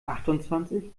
achtundzwanzig